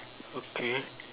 okay